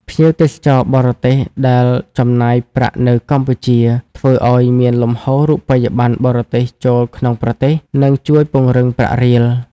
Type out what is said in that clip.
ភ្ញៀវទេសចរបរទេសដែលចំណាយប្រាក់នៅកម្ពុជា ធ្វើឱ្យមានលំហូររូបិយប័ណ្ណបរទេសចូលក្នុងប្រទេស និងជួយពង្រឹងប្រាក់រៀល។